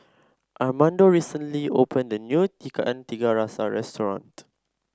Armando recently opened a new Ikan Tiga Rasa restaurant